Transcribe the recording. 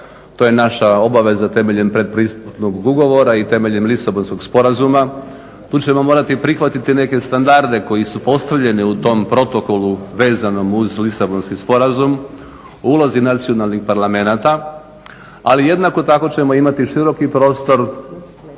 To je naša obaveza temeljem predpristupnog ugovora i temeljem Lisabonskog sporazuma. Tu ćemo morati prihvatiti neke standarde koji su postavljeni u tom protokolu vezanom uz Lisabonski sporazum, o ulozi nacionalnih parlamenata. Ali jednako tako ćemo imati široki prostor